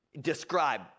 describe